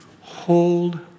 Hold